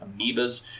amoebas